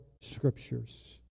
scriptures